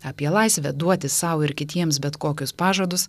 apie laisvę duoti sau ir kitiems bet kokius pažadus